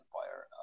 empire